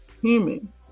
Human